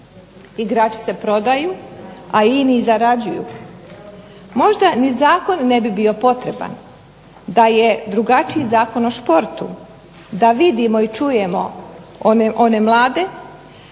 Igrači se prodaju, a ini zarađuju. Možda ni zakon ne bi bio potreban da je drugačiji Zakon o športu. Da vidimo i čujemo one mlade,